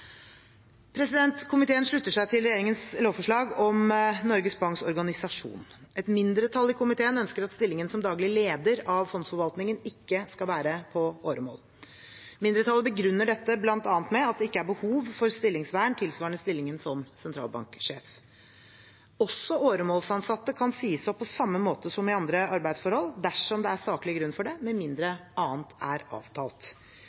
Komiteen slutter seg til regjeringens lovforslag om Norges Banks organisasjon. Et mindretall i komiteen ønsker at stillingen som daglig leder av fondsforvaltningen ikke skal være på åremål, og begrunner dette bl.a. med at det ikke er behov for stillingsvern tilsvarende stillingen som sentralbanksjef. Også åremålsansatte kan sies opp på samme måte som i andre arbeidsforhold dersom det er saklig grunn for det, med mindre annet er avtalt.